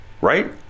Right